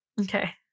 Okay